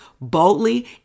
boldly